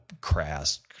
Crass